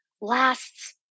lasts